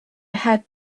had